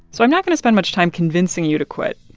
so i'm not going to spend much time convincing you to quit.